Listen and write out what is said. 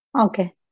Okay